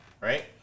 right